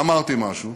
אמרתי משהו,